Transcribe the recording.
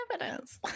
evidence